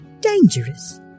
Dangerous